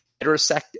heterocyclic